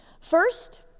first